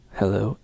hello